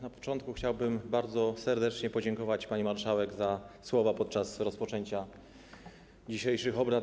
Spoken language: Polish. Na początku chciałbym bardzo serdecznie podziękować pani marszałek za słowa wypowiedziane podczas rozpoczynania dzisiejszych obrad.